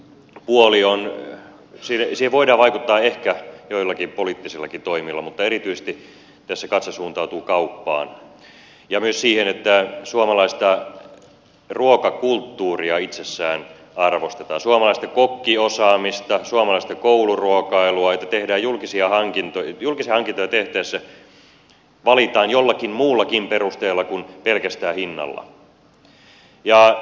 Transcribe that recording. tähän jälkimmäiseen puoleen voidaan vaikuttaa ehkä joillakin poliittisillakin toimilla mutta erityisesti tässä katse suuntautuu kauppaan ja myös siihen että suomalaista ruokakulttuuria itsessään arvostetaan suomalaista kokkiosaamista suomalaista kouluruokailua että julkisia hankintoja tehtäessä valitaan jollakin muullakin perusteella kuin pelkästään hinnan perusteella